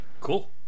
Cool